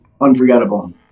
unforgettable